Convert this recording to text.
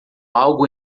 algo